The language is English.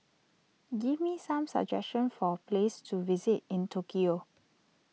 give me some suggestion for place to visit in Tokyo